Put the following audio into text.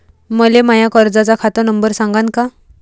मले माया कर्जाचा खात नंबर सांगान का?